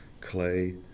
clay